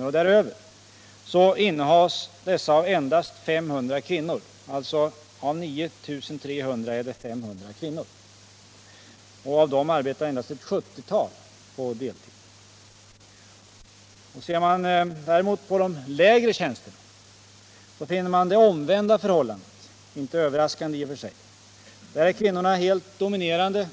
och däröver, att sådana innehas av endast 500 kvinnor. Av dem arbetar endast ett 70-tal på deltid. Ser man däremot på de lägre tjänsterna, finner man det omvända förhållandet. Där är kvinnorna helt dominerande,